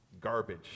Garbage